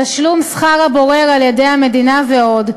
תשלום שכר הבורר על-ידי המדינה ועוד.